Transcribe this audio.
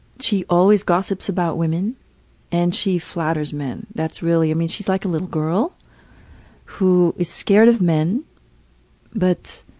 she always gossips about women and she flatters men. that's really i mean she's like a little girl who is scared of men but